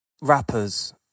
rappers